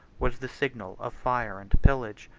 was the signal of fire and pillage.